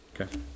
Okay